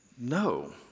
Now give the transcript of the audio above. no